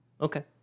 Okay